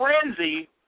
frenzy